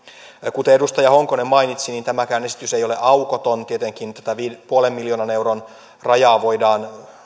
kuten edustaja honkonen mainitsi niin tämäkään esitys ei ole aukoton tietenkin tätä puolen miljoonan euron rajaa voidaan